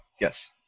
yes